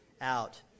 out